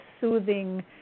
soothing